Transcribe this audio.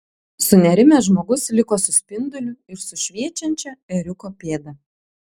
sunerimęs žmogus liko su spinduliu ir su šviečiančia ėriuko pėda